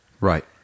Right